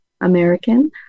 American